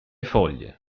foglie